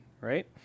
right